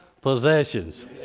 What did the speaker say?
possessions